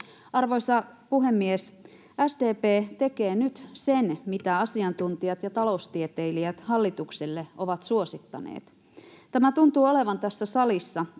Arvoisa puhemies! SDP tekee nyt sen, mitä asiantuntijat ja taloustieteilijät hallitukselle ovat suosittaneet. Tämä tuntuu olevan tässä salissa todella